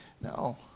No